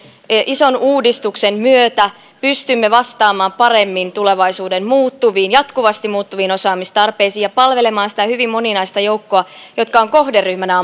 ison uudistuksen myötä pystymme vastaamaan paremmin tulevaisuuden jatkuvasti muuttuviin osaamistarpeisiin ja palvelemaan sitä hyvin moninaista joukkoa joka on kohderyhmänä